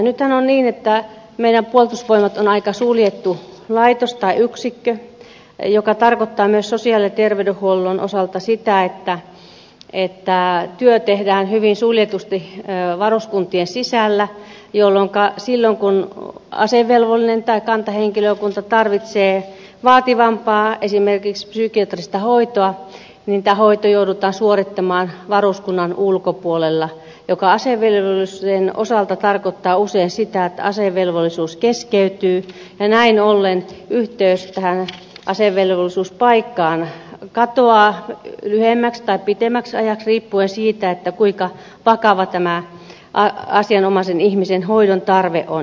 nythän on niin että meidän puolustusvoimat on aika suljettu laitos tai yksikkö mikä tarkoittaa myös sosiaali ja terveydenhuollon osalta sitä että työ tehdään hyvin suljetusti varuskuntien sisällä jolloinka silloin kun asevelvollinen tai kantahenkilökunta tarvitsee vaativampaa esimerkiksi psykiatrista hoitoa tämä hoito joudutaan suorittamaan varuskunnan ulkopuolella mikä asevelvollisen osalta tarkoittaa usein sitä että asevelvollisuus keskeytyy ja näin ollen yhteys asevelvollisuuspaikkaan katoaa lyhyemmäksi tai pidemmäksi ajaksi riippuen siitä kuinka vakava tämä asianomaisen ihmisen hoidon tarve on